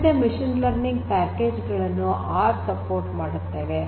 ವಿವಿಧ machine learning package ಗಳನ್ನು R ಬೆಂಬಲಿಸುತ್ತದೆ